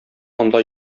анда